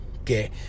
okay